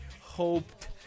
hoped